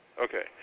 Okay